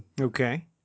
Okay